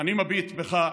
אני מביט בך,